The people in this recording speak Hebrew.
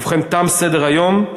ובכן, תם סדר-היום.